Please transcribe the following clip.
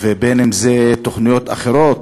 ובין אם זה תוכניות אחרות,